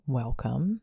welcome